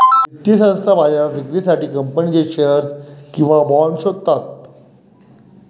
वित्तीय संस्था बाजारात विक्रीसाठी कंपनीचे शेअर्स किंवा बाँड शोधतात